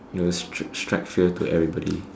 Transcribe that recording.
it'll stri~ strike fear into everybody